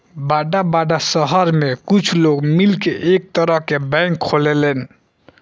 बड़ा बड़ा सहर में कुछ लोग मिलके एक तरह के बैंक खोलेलन